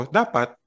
dapat